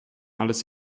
alles